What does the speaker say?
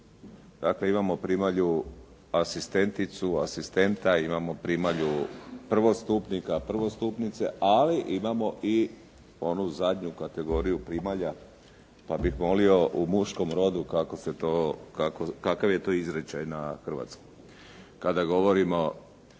Dakle imamo primalju asistenticu, asistenta, imamo primalju prvostupnika, prvostupnice, ali imamo i onu zadnju kategoriju primalja pa bih molio u muškom rodu kakav je to izričaj na hrvatskom. Kada govorimo